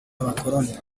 abakoloni